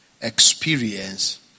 experience